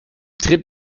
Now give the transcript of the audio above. tritt